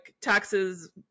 taxes